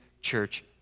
church